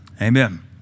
Amen